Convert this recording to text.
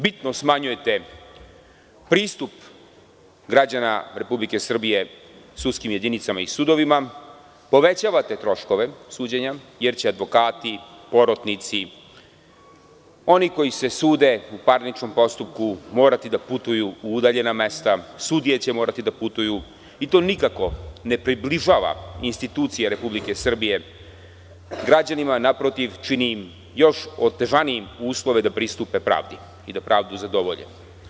Bitno smanjujete pristup građana Republike Srbije sudskim jedinicama i sudovima, povećavate troškove suđenja, jer će advokati, porotnici, oni koji se sude u parničnom postupku morati da putuju u udaljena mesta, sudije će morati da putuju i to nikako ne približava institucije Republike Srbije građanima, naprotiv, čini im još otežanijim uslove da pristupe pravdi i da pravdu zadovolje.